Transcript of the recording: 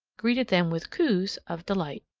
greeted them with cooes of delight.